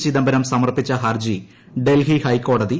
ചിദംബരം സമർപ്പിച്ച ഹർജി ഡൽഹി ഹൈക്കോടതി തള്ളി